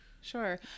Sure